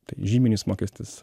tai žyminis mokestis